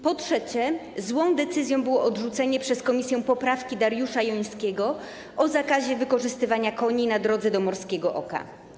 Po trzecie, złą decyzją było odrzucenie przez komisję poprawki Dariusza Jońskiego o zakazie wykorzystywania koni na drodze do Morskiego Oka.